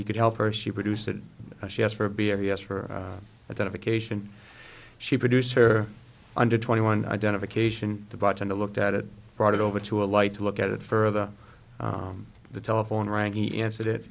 he could help her she produce it and she asked for be a yes for identification she producer under twenty one identification the button to look at it brought it over to a light to look at it further the telephone rang he answered it